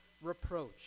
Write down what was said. reproach